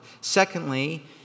Secondly